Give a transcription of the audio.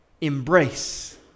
embrace